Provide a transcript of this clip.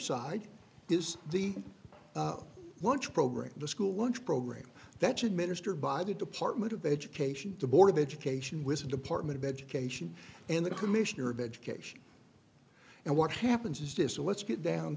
side is the lunch program the school lunch program that's administered by the department of education the board of education with the department of education and the commissioner of education and what happens is just let's get down